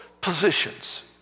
positions